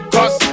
Cause